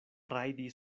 rajdi